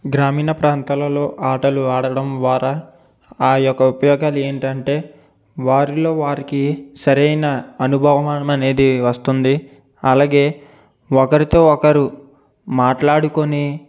గ్రామీణ ప్రాంతాలలో ఆటలు ఆడడం ద్వారా ఆ యొక్క ఉపయోగాలు ఏంటంటే వారిలో వారికి సరైన అనుభవం అనేది వస్తుంది అలాగే ఒకరితో ఒకరు మాట్లాడుకొని